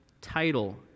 title